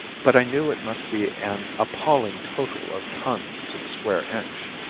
but i knew it must be an appalling total of tons to the square inch.